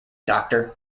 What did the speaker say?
doctor